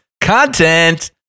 content